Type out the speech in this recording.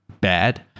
bad